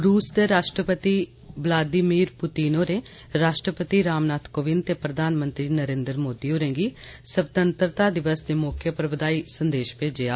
रूस दे राष्ट्रपति बलादीमीर पुतीन होरें राष्ट्रपति रामनाथ कोविंद ते प्रधानमंत्री नरेन्द्र मोदी होरें गी स्वतंत्रता दिवस दे मौके उप्पर बधान सन्देश मेजेआ